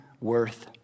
worth